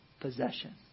possession